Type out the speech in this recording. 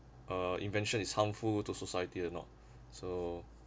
uh invention is harmful to society or not so